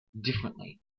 differently